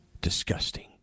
Disgusting